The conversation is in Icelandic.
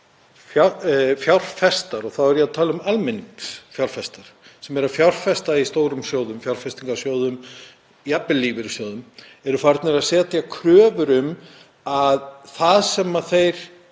fjárfestar, og þá er ég að tala um almenningsfjárfesta sem fjárfesta í stórum sjóðum, fjárfestingarsjóðum og jafnvel lífeyrissjóðum, eru farnir að setja kröfur um að það sem þessir